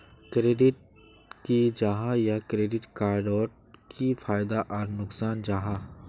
Credit की जाहा या क्रेडिट कार्ड डोट की फायदा आर नुकसान जाहा?